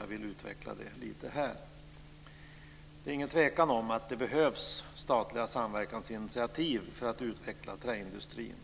Jag vill utveckla det lite här. Det råder inget tvivel om att det behövs statliga samverkansinitiativ för att utveckla träindustrin.